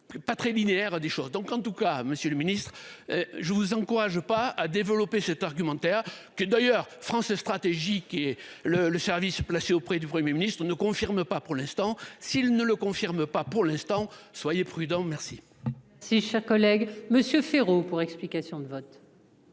Pas très linéaire des choses donc en tout cas, Monsieur le Ministre. Je vous encourage pas à développer cet argumentaire que d'ailleurs France stratégique et le le service placé auprès du Premier Ministre ne confirme pas pour l'instant s'il ne le confirme pas pour l'instant, soyez prudents. Merci. Si cher collègue, Monsieur Féraud pour explication de vote.